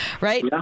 Right